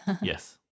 Yes